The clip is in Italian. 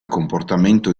comportamento